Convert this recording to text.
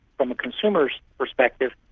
from a consumer's perspective,